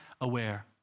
aware